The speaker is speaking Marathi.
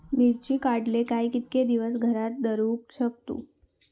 मिर्ची काडले काय कीतके दिवस घरात दवरुक शकतू?